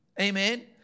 Amen